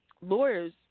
lawyers